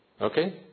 Okay